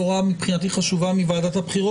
הציניות שבדבריי שמישהו מקל ראש בעומס.